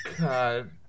God